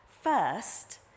First